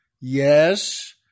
yes